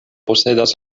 posedas